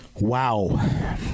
Wow